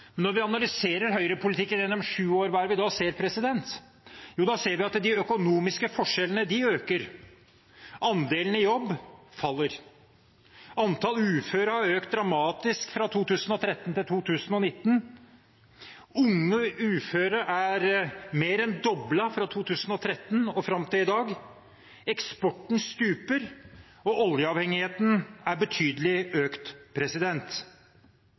men når vi analyserer Høyre-politikken gjennom sju år, hva er det vi da ser? Jo, da ser vi at de økonomiske forskjellene øker, andelen i jobb faller, antall uføre har økt dramatisk fra 2013 til 2019, tallet på unge uføre er mer enn doblet fra 2013 og fram til i dag, eksporten stuper, og oljeavhengigheten er betydelig økt.